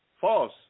False